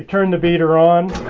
turn the beater on.